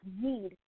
need